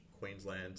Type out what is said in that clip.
queensland